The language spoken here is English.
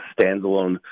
standalone